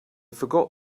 forgot